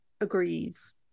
agrees